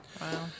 Wow